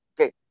Okay